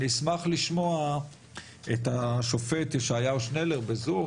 אני אשמח לשמוע את השופט ישעיהו שנלר בזום,